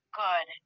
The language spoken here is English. good